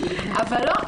אבל לא,